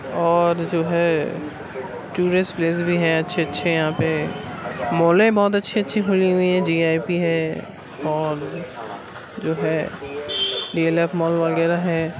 اور جو ہے ٹورسٹ پلیس بھی ہیں اچھے اچھے یہاں پہ مالیں بہت اچھی اچھی بھری ہوئی ہیں جی آئی پی ہے اور جو ہے ڈی ایل ایف مال وغیرہ ہے